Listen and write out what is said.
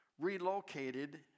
relocated